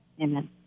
Amen